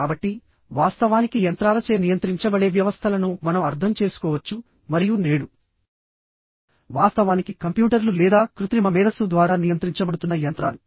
కాబట్టివాస్తవానికి యంత్రాలచే నియంత్రించబడే వ్యవస్థలను మనం అర్థం చేసుకోవచ్చు మరియు నేడు వాస్తవానికి కంప్యూటర్లు లేదా కృత్రిమ మేధస్సు ద్వారా నియంత్రించబడుతున్న యంత్రాలు